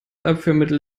abführmittel